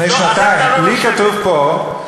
לי כתוב פה,